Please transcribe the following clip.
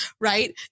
right